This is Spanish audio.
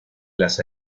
las